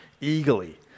eagerly